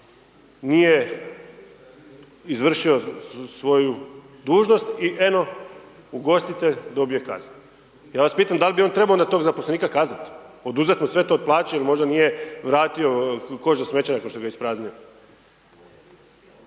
nije izvršio svoju dužnost, i eno ugostitelj dobije kaznu. Ja vas pitam dal' bi on trebao onda tog zaposlenika kaznit, oduzet mu sve to od plaće ili možda nije vratio koš za smeće nakon što ga je ispraznio?